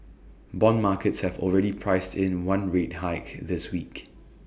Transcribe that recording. Bond markets have already priced in one rate hike in this week